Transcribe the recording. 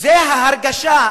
זו ההרגשה,